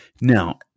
Now